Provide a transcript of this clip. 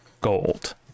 gold